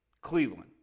Cleveland